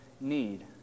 need